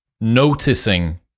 noticing